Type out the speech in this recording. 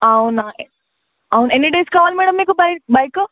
అవునా అవున ఎన్ని డేస్ కావాలి మ్యాడమ్ మీకు బైక్ బైకు